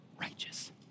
righteous